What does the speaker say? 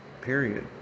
Period